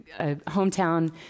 hometown